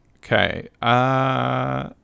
Okay